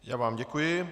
Já vám děkuji.